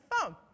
phone